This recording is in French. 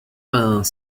vingt